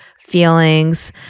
feelings